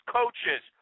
coaches